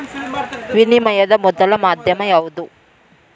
ವಿನಿಮಯದ ಮೊದಲ ಮಾಧ್ಯಮ ಯಾವ್ದು